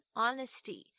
honesty